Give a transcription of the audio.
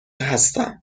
هستم